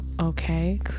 Okay